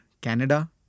Canada